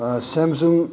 Samsung